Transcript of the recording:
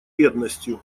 бедностью